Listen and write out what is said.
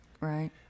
Right